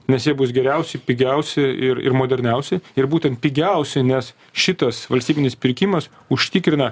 nes jie bus geriausi pigiausi ir ir moderniausi ir būtent pigiausi nes šitas valstybinis pirkimas užtikrina